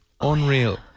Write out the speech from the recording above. Unreal